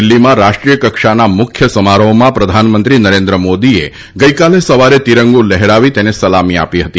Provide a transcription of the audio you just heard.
દિલ્હીમાં રાષ્ટ્રીયકક્ષાના મુખ્ય સમારોહમાં પ્રધાનમંત્રી નરેન્દ્ર મોદીએ ગઇકાલે સવારે તિરંગો લહેરાવી તેને સલામી આપી હતી